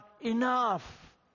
enough